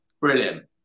brilliant